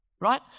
Right